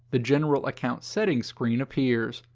the general account settings screen appears.